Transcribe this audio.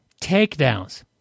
takedowns